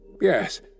Yes